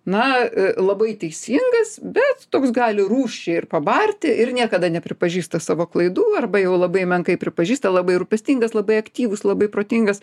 na labai teisingas bet toks gali rūsčiai ir pabarti ir niekada nepripažįsta savo klaidų arba jau labai menkai pripažįsta labai rūpestingas labai aktyvus labai protingas